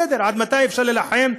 בסדר, עד מתי אפשר להילחם?